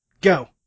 Go